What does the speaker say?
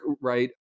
right